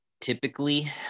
typically